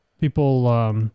people –